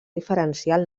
diferencial